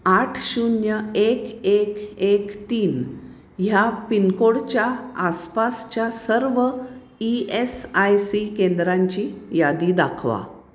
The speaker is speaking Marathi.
आठ शून्य एक एक तीन ह्या पिनकोडच्या आसपासच्या सर्व ई एस आय सी केंद्रांची यादी दाखवा